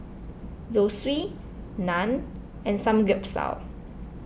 Zosui Naan and Samgyeopsal